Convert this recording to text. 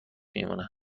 میمونه